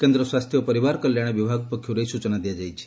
କେନ୍ଦ୍ର ସ୍ୱାସ୍ଥ୍ୟ ଓ ପରିବାର କଲ୍ୟାଣ ବିଭାଗ ପକ୍ଷରୁ ଏହି ସ୍ବଚନା ଦିଆଯାଇଛି